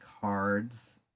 cards